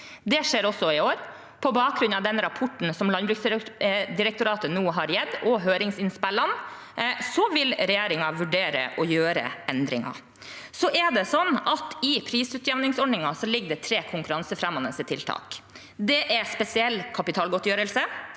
Det skjer også i år. På bakgrunn av den rapporten som Landbruksdirektoratet nå har gitt, og høringsinnspillene, vil regjeringen vurdere å gjøre endringer. I prisutjevningsordningen ligger det tre konkurransefremmende tiltak. Det er spesiell kapitalgodtgjørelse,